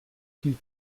viel